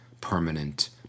permanent